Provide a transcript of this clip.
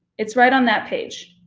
it's right on that page.